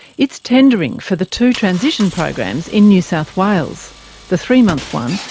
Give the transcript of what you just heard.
it's tendering for the two transition programs in new south wales the three-month one,